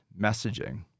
messaging